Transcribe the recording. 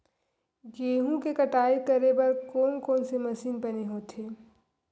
गेहूं के कटाई बर कोन कोन से मशीन बने होथे?